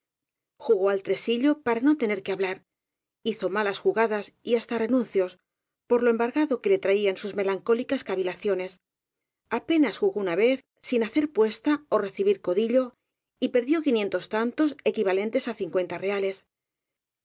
jugó al tre sillo para no tener que hablar hizo malas jugadas y hasta renuncios por lo embargado que le traían sus melancólicas cavilaciones apenas jugó una vez sin hacer puesta ó recibir codillo y perdió quinien tos tantos equivalentes á reales